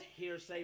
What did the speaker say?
hearsay